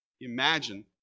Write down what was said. Imagine